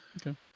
Okay